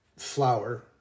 flour